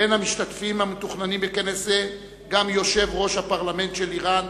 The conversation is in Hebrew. בין המשתתפים המתוכננים בכנס זה גם יושב-ראש הפרלמנט של אירן,